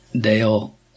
Dale